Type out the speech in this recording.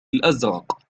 الأزرق